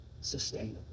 sustainable